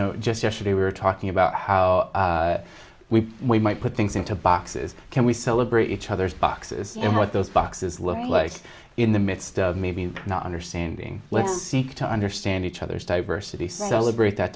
know just yesterday we were talking about how we we might put things into boxes can we celebrate each other's boxes and what those boxes look like in the midst of maybe not understanding let's seek to understand each other's diversity celebrate that